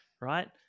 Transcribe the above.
right